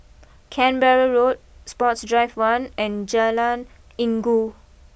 Canberra Road Sports Drive one and Jalan Inggu